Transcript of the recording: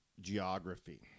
geography